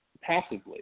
passively